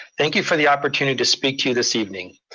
thank you for the opportunity to speak to you this evening.